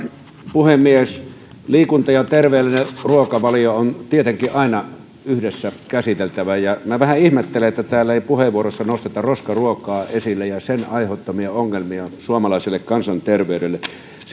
puhemies liikunta ja terveellinen ruokavalio on tietenkin aina yhdessä käsiteltävä ja minä vähän ihmettelen että täällä ei puheenvuoroissa nosteta roskaruokaa esille ja sen aiheuttamia ongelmia suomalaiselle kansanterveydelle